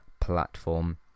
platform